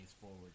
forward